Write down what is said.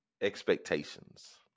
expectations